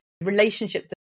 Relationships